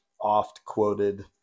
oft-quoted